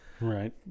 Right